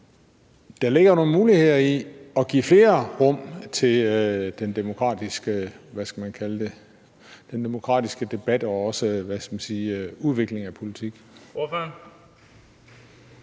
Der ligger nogle muligheder i at give flere rum til den demokratiske debat og også udviklingen af politik.